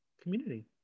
community